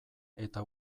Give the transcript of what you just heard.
eta